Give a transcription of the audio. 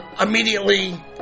immediately